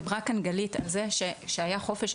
דיברה כאן גלית על זה שהיה חופש,